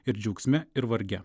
ir džiaugsme ir varge